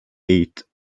eight